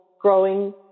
Growing